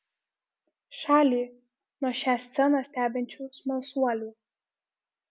šalį nuo šią sceną stebinčių smalsuolių